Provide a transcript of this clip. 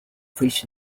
fish